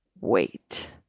wait